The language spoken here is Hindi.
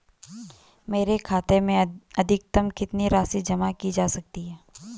मेरे खाते में अधिकतम कितनी राशि जमा की जा सकती है?